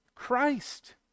Christ